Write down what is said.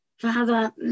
Father